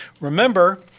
Remember